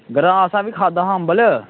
ग्रां असें बी खाद्धा हा अम्बल